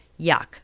yuck